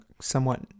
somewhat